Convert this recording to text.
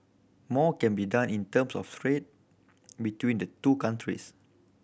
more can be done in terms of trade between the two countries